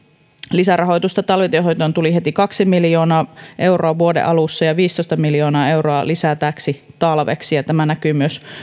lisärahoitusta talvitienhoitoon tuli heti kaksi miljoonaa euroa vuoden alussa ja viisitoista miljoonaa euroa lisää täksi talveksi tämä näkyy myös